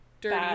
dirty